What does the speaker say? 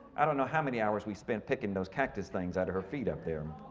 i don't know how many hours we spent picking those cactus things out of her feet up there.